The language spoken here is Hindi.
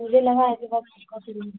मुझे लगा कि बस